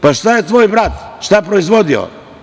Pa, šta je tvoj brat, šta je proizvodio?